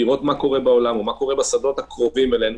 לראות מה קורה בעולם ומה קורה בשדות התעופה הקרובים אלינו.